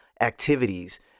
activities